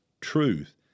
truth